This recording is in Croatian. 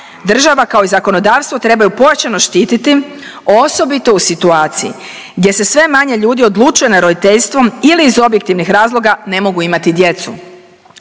država kao i zakonodavstvo trebaju pojačano štititi, osobito u situaciji gdje se sve manje ljudi odlučuje na roditeljstvo ili iz objektivnih razloga ne mogu imati djecu.